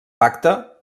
pacte